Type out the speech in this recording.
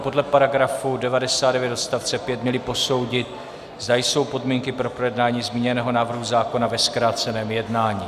Podle § 99 odst. 5 bychom měli posoudit, zda jsou podmínky pro projednání zmíněného návrhu zákona ve zkráceném jednání.